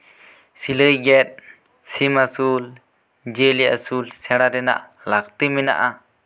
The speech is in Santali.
ᱥᱤᱞᱟᱹᱭ ᱜᱮᱫ ᱥᱤᱢ ᱟᱥᱩᱞ ᱡᱤᱭᱟᱹᱞᱤ ᱟᱥᱩᱞ ᱥᱮᱬᱟ ᱨᱮᱱᱟᱜ ᱞᱟ ᱠᱛᱤ ᱢᱮᱱᱟᱜᱼᱟ